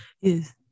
Yes